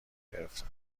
گرفتم